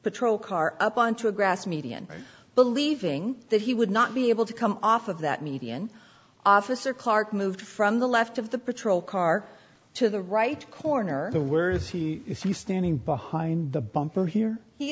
patrol car up onto a grass median believing that he would not be able to come off of that median officer clark moved from the left of the patrol car to the right corner of the words he is he standing behind the bumper here he